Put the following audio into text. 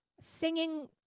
singing